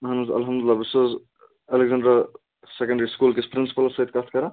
اہن حظ اَلحمدُ لِلہ بہٕ چھُس حظ ایٚلیٚنٛگزنڈرٛا سیٚکَنڈری سکوٗل کِس پرٛنٛسپٕلَس سۭتۍ کَتھ کَران